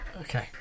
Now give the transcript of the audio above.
Okay